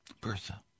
Bertha